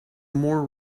more